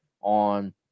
on